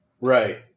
Right